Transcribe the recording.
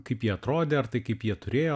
kaip jie atrodė ar tai kaip jie turėjo